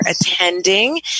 attending